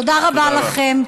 תודה רבה לכם.